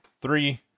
three